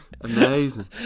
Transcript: amazing